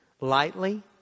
lightly